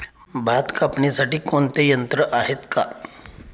भात कापणीसाठी कोणते यंत्र आहेत का?